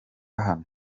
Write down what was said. hano